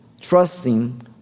trusting